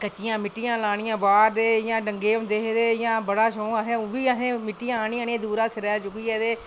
ते कच्चियां मिट्टियां लानियां बाह्र ते इं'या डंगे होंदे ते बड़ा शौक इं'या ओह्बी मिट्टी आह्ननी असें दूरा सिरै पर चुक्की चुक्कियै